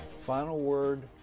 final word.